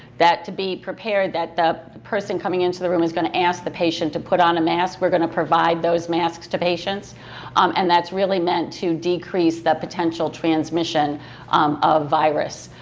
that to be prepared that the person coming into the room is going to ask the patient to put on a mask. we're going to provide those masks to patients um and that's really meant to decrease the potential transmission um of virus.